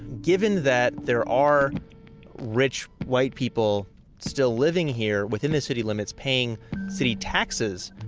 given that there are rich white people still living here within the city limits paying city taxes,